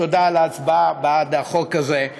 תודה על ההצבעה בעד החוק הזה.